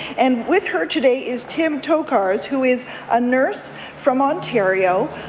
and with her today is tim tokarz who is a nurse from ontario.